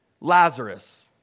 Lazarus